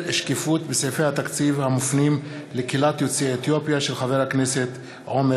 חבר הכנסת אלי